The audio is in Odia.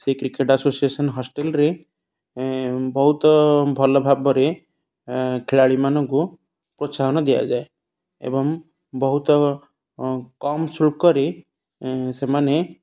ସେହି କ୍ରିକେଟ୍ ଆସୋସିଏସନ୍ ହଷ୍ଟେଲ୍ରେ ବହୁତ ଭଲ ଭାବରେ ଖେଳାଳିମାନଙ୍କୁ ପ୍ରୋତ୍ସାହନ ଦିଆଯାଏ ଏବଂ ବହୁତ କମ୍ ଶୁଳ୍କରେ ସେମାନେ